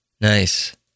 Nice